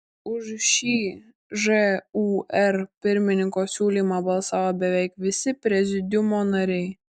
už šį žūr pirmininko siūlymą balsavo beveik visi prezidiumo nariai